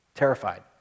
terrified